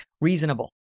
reasonable